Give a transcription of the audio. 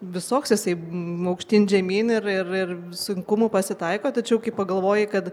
visoks jisai aukštyn žemyn ir ir ir sunkumų pasitaiko tačiau kai pagalvoji kad